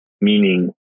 meaning